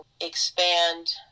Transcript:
expand